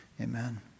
Amen